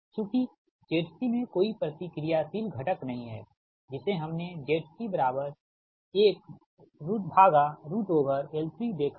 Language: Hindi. चूँकि Zc में कोई प्रतिक्रियाशील घटक नहीं है जिसे हमने ZC1LC देखा है